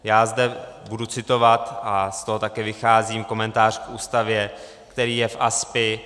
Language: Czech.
Já zde budu citovat, a z toho také vycházím, komentář k Ústavě, který je v ASPI.